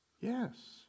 yes